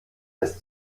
ist